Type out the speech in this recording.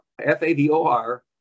F-A-V-O-R